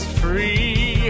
free